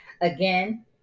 again